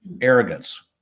arrogance